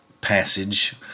passage